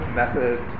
method